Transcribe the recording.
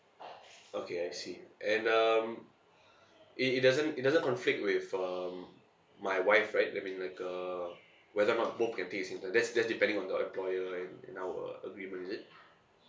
okay I see and um it it doesn't it doesn't conflict with um my wife right I mean like uh whether or not both that's that's depending on the employer and and our agreement is it